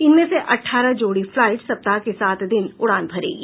इनमें से अट्ठारह जोड़ी फ्लाइट सप्ताह के सात दिन उड़ान भरेंगी